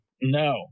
No